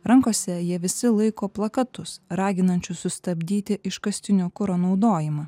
rankose jie visi laiko plakatus raginančius sustabdyti iškastinio kuro naudojimą